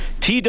TW